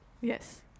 yes